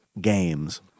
games